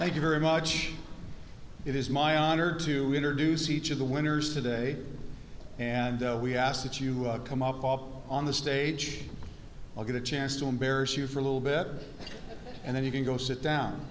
thank you very much it is my honor to do see each of the winners today and we ask that you come up all on the stage i'll get a chance to embarrass you for a little bit and then you can go sit down